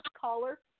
caller